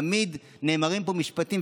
תמיד נאמרים פה משפטים,